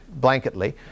blanketly